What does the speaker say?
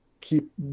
keep